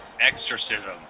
Exorcism